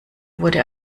wurde